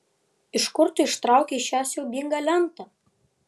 iš kur tu ištraukei šią siaubingą lentą